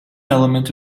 element